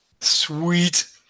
Sweet